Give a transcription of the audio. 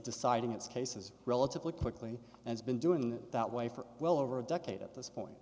deciding its cases relatively quickly and it's been doing that that way for well over a decade at this point